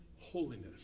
holiness